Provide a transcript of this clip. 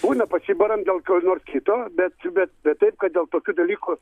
buna pasibaram dėl ko nors kito bet bet bet taip kad dėl tokių dalykų